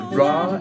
raw